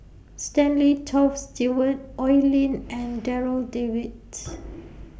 Stanley Toft Stewart Oi Lin and Darryl David's